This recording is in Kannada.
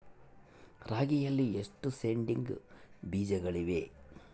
ರಾಗಿಯಲ್ಲಿ ಎಷ್ಟು ಸೇಡಿಂಗ್ ಬೇಜಗಳಿವೆ?